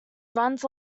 runs